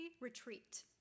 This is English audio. retreat